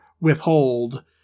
withhold